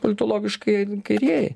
politologiškai kairieji